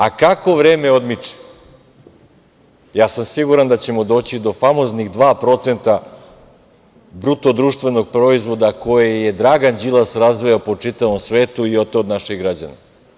A kako vreme odmiče, ja sa siguran da ćemo do famoznih 2% BDP koje je Dragan Đilas razvejao po čitavom svetu i oteo od naših građana.